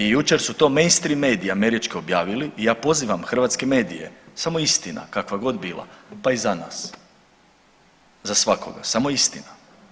I jučer su mainstream mediji američki objavili i ja pozivam hrvatske medije samo istina kakva god bila pa i za nas, za svakoga, samo istina.